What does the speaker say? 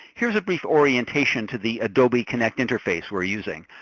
here's a brief orientation to the adobe connect interface we're using.